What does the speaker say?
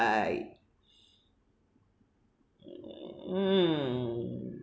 mm